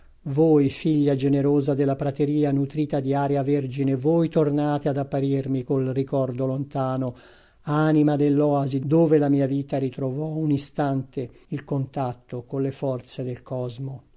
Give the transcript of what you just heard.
voi figlia generosa della prateria nutrita di aria vergine voi tornate ad apparirmi col ricordo lontano anima dell'oasi dove la mia vita ritrovò un istante il contatto colle forze del cosmo